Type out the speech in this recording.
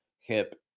hip